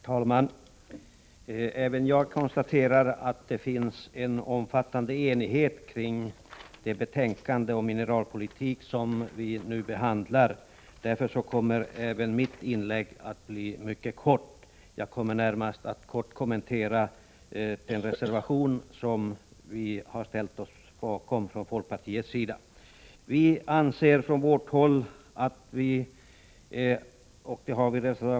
Herr talman! Även jag konstaterar att det finns en omfattande enighet kring det betänkande om mineralpolitik som vi nu behandlar. Därför kommer också mitt inlägg att bli mycket kort. Jag kommer närmast att kommentera den reservation som vi har ställt oss bakom från folkpartiets sida.